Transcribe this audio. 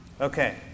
Okay